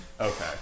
Okay